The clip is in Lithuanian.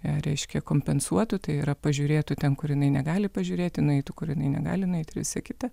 reiškia kompensuotų tai yra pažiūrėtų ten kur jinai negali pažiūrėti nueitų kur jinai negali nueiti ir visa kita